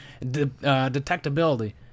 Detectability